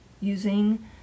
using